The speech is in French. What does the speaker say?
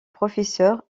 professeur